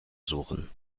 suchen